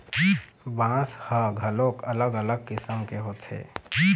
बांस ह घलोक अलग अलग किसम के होथे